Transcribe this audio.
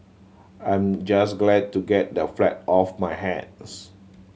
I'm just glad to get the flat off my hands